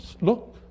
look